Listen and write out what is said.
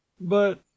But